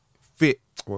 fit